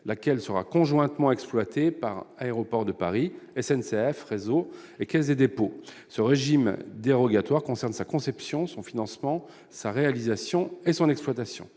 laquelle sera conjointement exploité par aéroports de Paris, SNCF, réseau et Caisse des dépôts ce régime dérogatoire concerne sa conception, son financement sa réalisation et son exploitation,